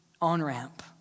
on-ramp